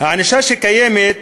הענישה שכיום היא